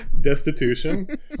destitution